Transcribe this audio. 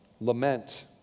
Lament